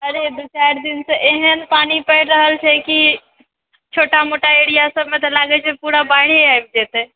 अरे दू चारि दिनसँ एहन पानी पड़ि रहल छै छोटा मोटा एरिआ सभमे तऽ लागैत छै जे पूरा बाढ़ि आबि जेतै